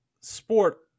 sport